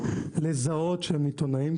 לזהות שהם עיתונאים,